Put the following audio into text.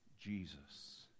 Jesus